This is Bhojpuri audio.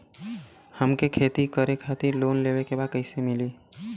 हमके खेती करे खातिर लोन लेवे के बा कइसे मिली?